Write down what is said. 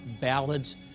ballads